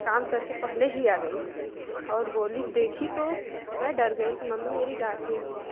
काम करके पहले ही आ गई और बोली देखी तो मैं डर गई मम्मी मेरी डटेगी